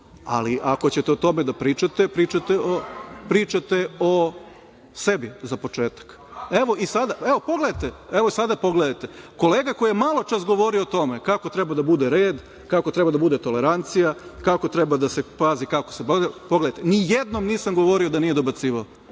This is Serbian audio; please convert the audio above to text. ali ako ćete o tome da pričate, pričate o sebi za početak. Evo, pogledajte, kolega koji je maločas govorio o tome kako treba da bude red, kako treba da bude tolerancija, kako treba se pazi, pogledajte ni jednom nisam govorio da nije dobacivao,